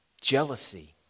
jealousy